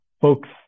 folks